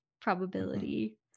probability